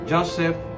Joseph